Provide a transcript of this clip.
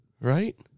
Right